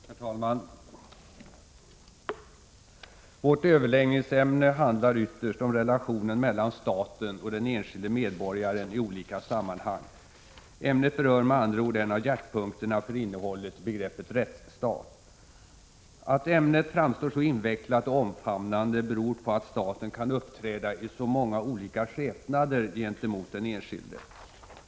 Herr talman! Vårt överläggningsämne handlar ytterst om relationen mellan staten och den enskilde medborgaren i olika sammanhang. Ämnet berör med andra ord en av hjärtpunkterna för innehållet i begreppet rättsstat. Att ämnet framstår som mycket invecklat och omfamnande beror på att staten kan uppträda i så många olika skepnader gentemot den enskilde.